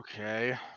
Okay